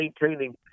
maintaining